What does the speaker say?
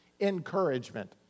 encouragement